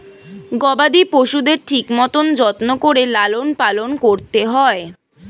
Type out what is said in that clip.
গবাদি পশুদের ঠিক মতন যত্ন করে লালন পালন করতে হয়